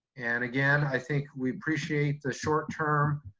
and again i think we appreciate the short term